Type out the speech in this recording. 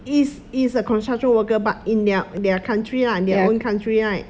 is is a construction worker but in their their country lah their own country right